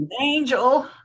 angel